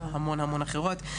המון המון אחרות.